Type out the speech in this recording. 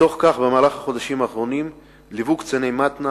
בתוך כך, במהלך החודשים האחרונים ליוו קציני מתנ"א